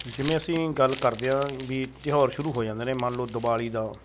ਜਿਵੇਂ ਅਸੀਂ ਗੱਲ ਕਰਦੇ ਹਾਂ ਵੀ ਤਿਉਹਾਰ ਸ਼ੁਰੂ ਹੋ ਜਾਂਦੇ ਨੇ ਮੰਨ ਲਓ ਦਿਵਾਲੀ ਦਾ